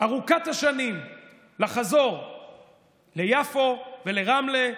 ארוכת השנים לחזור ליפו, לרמלה,